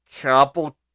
couple